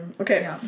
Okay